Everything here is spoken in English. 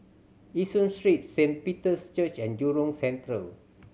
Yishun Street Saint Peter's Church and Jurong Central